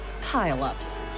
pile-ups